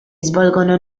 svolgono